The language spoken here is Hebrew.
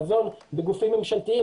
מזון בגופים ממשלתיים,